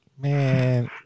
Man